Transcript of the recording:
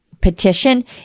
petition